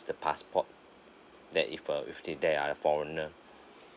the passport that if uh if they they are the foreigner